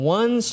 one